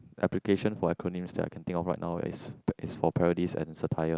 application for acronyms that I can think of right now is for parodies and satire